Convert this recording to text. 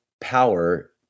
power